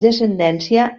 descendència